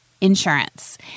insurance